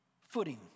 footing